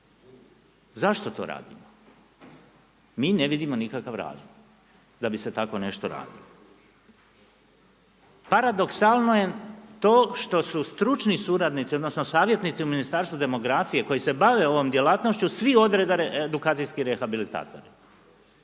Zašto to radimo? Mi ne vidimo nikakav razlog da bi se tako nešto radilo. Paradoksalno je to što su stručni suradnici odnosno savjetnici u Ministarstvu demografije koji se bave ovom djelatnošću svi odreda edukacijski rehabilitatori.